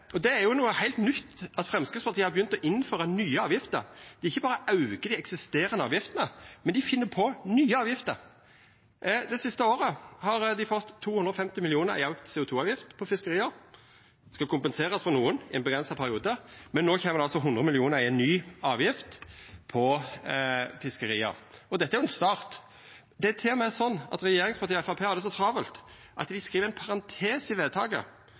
Og det er jo noko heilt nytt at Framstegspartiet har begynt å innføra nye avgifter. Ikkje berre aukar dei dei eksisterande avgiftene, men dei finn på nye avgifter. Det siste året har dei fått 250 mill. kr i auka CO 2 -avgift på fiskeria. Det skal kompenserast for nokon i ei avgrensa periode, men no kjem det altså 100 mill. kr i ei ny avgift på fiskeria. Og dette er ein start. Det er til og med sånn at regjeringspartia og Framstegspartiet har det så travelt at dei i ein parentes i vedtaket